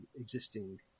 existing